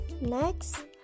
Next